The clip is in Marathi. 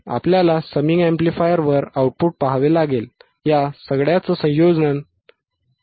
आपल्याला समिंग अॅम्प्लिफायरवर आउटपुट पहावे लागेल